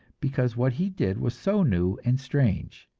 because what he did was so new and strange.